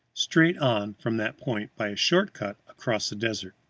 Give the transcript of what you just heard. straight on from that point by a short cut across the desert.